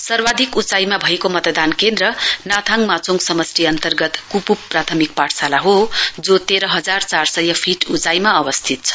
सर्वाधिक उचाईमा भएको मतदान केन्द्र नाथाङ माचोङ समष्टि अन्तर्गत क्प्प प्राथमिक पाठशाला हो जो तेह्र हजार चार सय फीट उचाईमा अवस्थित छ